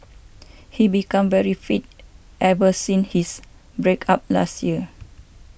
he became very fit everything his break up last year